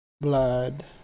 blood